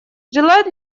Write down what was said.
желает